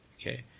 okay